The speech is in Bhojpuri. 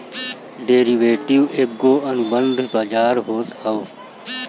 डेरिवेटिव एगो अनुबंध बाजार होत हअ